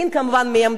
מעמדות אחרות,